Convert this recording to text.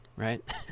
right